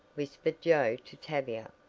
whispered joe to tavia,